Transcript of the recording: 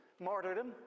martyrdom